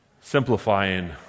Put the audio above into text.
simplifying